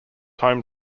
home